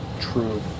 True